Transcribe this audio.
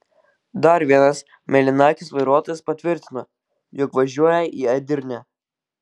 dar vienas mėlynakis vairuotojas patvirtina jog važiuoja į edirnę